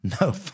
No